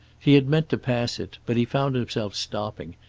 he had meant to pass it, but he found himself stopping,